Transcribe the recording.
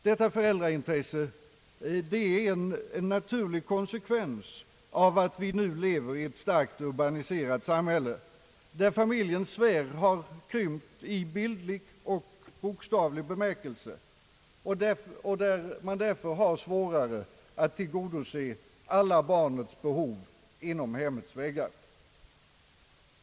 Detta föräldraintresse är en naturlig konsekvens av att vi nu lever i ett starkt urbaniserat samhälle, där familjens sfär har krympt i bildlig och bokstavlig bemärkelse, varför man har svårare att tillgodose alla barnets behov inom hemmets väggar.